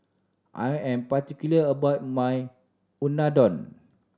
I am particular about my Unadon